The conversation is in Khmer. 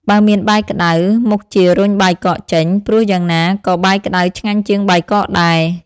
បើមានបាយក្ដៅ មុខជារុញបាយកកចេញ ព្រោះយ៉ាងណា ក៏បាយក្ដៅឆ្ងាញ់ជាងបាយកកដែរ។